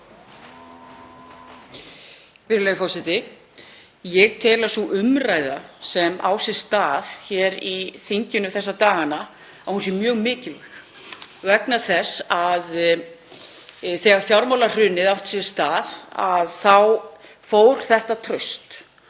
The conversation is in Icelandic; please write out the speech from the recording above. Virðulegi forseti. Ég tel að sú umræða sem á sér stað hér í þinginu þessa dagana sé mjög mikilvæg vegna þess að þegar fjármálahrunið átti sér stað þá fór þetta traust.